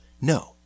No